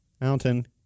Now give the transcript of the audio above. Mountain